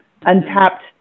untapped